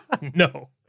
No